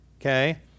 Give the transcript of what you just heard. Okay